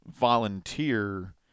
volunteer